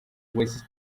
wishes